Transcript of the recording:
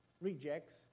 rejects